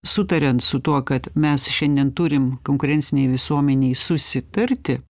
sutariant su tuo kad mes šiandien turim konkurencinėj visuomenėj susitarti